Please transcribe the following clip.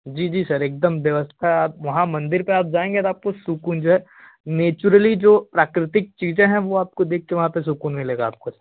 जी जी सर एकदम व्यवस्था वहाँ मंदिर पे आप जाएँगे तो आपको सुकून जो है नेचुरली जो प्राकृतिक चीज़ें हैं वो आपको देख के वहाँ पे सुकून मिलेगा आपको